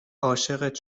عاشقت